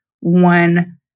one